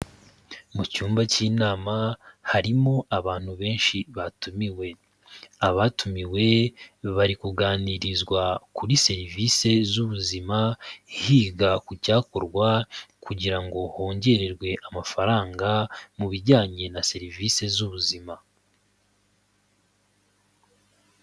Mu cyumba cy'inama harimo abantu benshi batumiwe. Abatumiwe bari kuganirizwa kuri serivisi z'ubuzima, higa ku cyakorwa kugira ngo hongerwe amafaranga mu bijyanye na serivisi z'ubuzima.